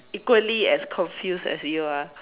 equally as confused as you are